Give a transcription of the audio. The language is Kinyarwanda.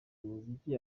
umuziki